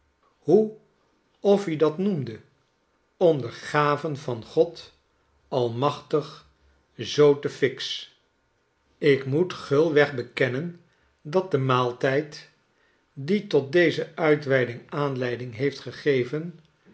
hoe of-i dat noemde om degavenvan god almachtig zoo te flx ik moet gulweg bekennen dat de maaltijd die tot deze uitweiding aanleiding heeft gegeven